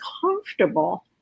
comfortable